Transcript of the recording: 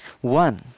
One